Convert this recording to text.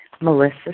Melissa